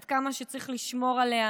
עד כמה צריך לשמור עליה.